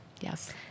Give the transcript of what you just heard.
Yes